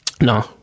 No